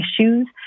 issues